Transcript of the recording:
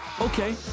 Okay